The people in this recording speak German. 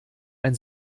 ein